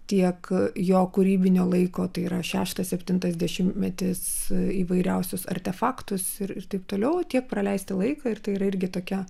tiek jo kūrybinio laiko tai yra šeštas septintas dešimtmetis įvairiausius artefaktus ir ir taip toliau tiek praleisti laiką ir tai yra irgi tokia